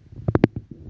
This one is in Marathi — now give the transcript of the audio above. संगीतानं समजावल्यान